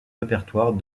répertoire